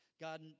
God